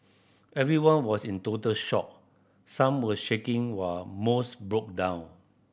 everyone was in total shock some were shaking while most broke down